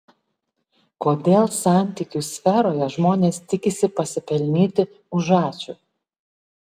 kodėl santykių sferoje žmonės tikisi pasipelnyti už ačiū